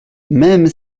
même